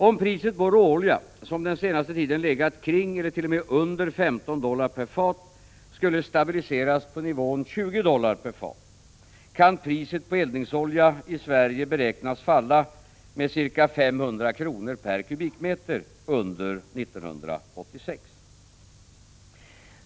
Om priset på råolja, som den senaste tiden legat kring eller t.o.m. under 15 dollar per fat, skulle stabiliseras på nivån 20 dollar per fat, kan priset på eldningsolja i Sverige beräknas falla med ca 500 kr. per kubikmeter under 1986.